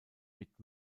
mit